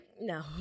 No